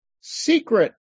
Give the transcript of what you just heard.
secret